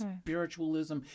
spiritualism